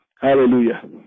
Hallelujah